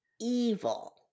evil